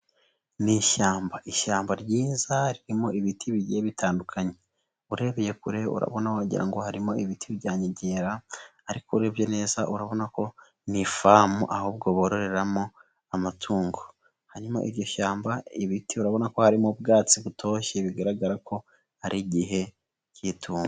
Ni ishyamba, ishyamba ryiza ririmo ibiti bigiye bitandukanye. Urebeye kure urabona wagira ngo harimo ibiti byanyegera, ariko urebye neza urabona ko ni ifamu ahubwo bororeramo amatungo. Hanyuma iryo shyamba, ibiti urabona ko harimo ubwatsi butoshye bigaragara ko hari igihe cy'itumba.